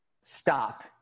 stop